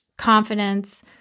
confidence